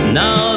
now